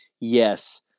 Yes